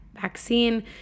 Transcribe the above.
vaccine